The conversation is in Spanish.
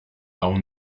aún